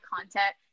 content